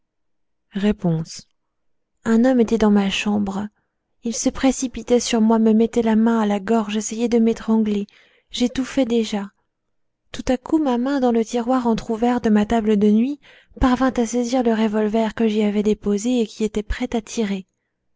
un homme était dans ma chambre il se précipitait sur moi me mettait la main à la gorge essayait de m'étrangler j'étouffais déjà tout à coup ma main dans le tiroir entr'ouvert de ma table de nuit parvint à saisir le revolver que j'y avais déposé et qui était prêt à tirer